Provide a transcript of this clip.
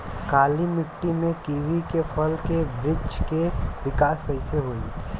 काली मिट्टी में कीवी के फल के बृछ के विकास कइसे होई?